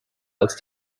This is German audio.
als